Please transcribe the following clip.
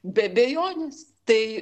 be abejonės tai